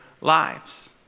lives